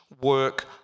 work